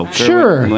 Sure